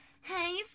Hey